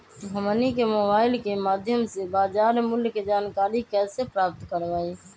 हमनी के मोबाइल के माध्यम से बाजार मूल्य के जानकारी कैसे प्राप्त करवाई?